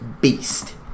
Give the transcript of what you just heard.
Beast